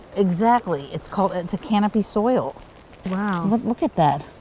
exactly. it's called it's a canopy soil wow look at that.